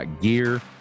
gear